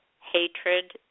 hatred